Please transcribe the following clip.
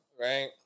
Right